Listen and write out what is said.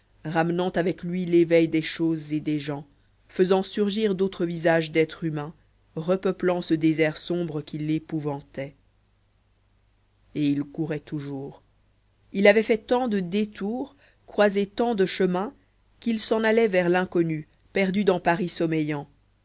ramenant avec lui l'éveil des choses et des gens faisant surgir d'autres visages d'êtres humains repeuplant ce désert sombre qui l'épouvantait et il courait toujours il avait fait tant de détours croisé tant de chemins qu'il s'en allait vers l'inconnu perdu dans paris sommeillant